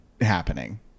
happening